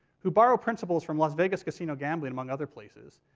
who borrow principles from las vegas casino gambling, among other places,